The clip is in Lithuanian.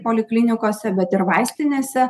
poliklinikose bet ir vaistinėse